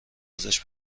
ازش